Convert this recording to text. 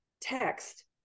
text